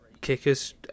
kickers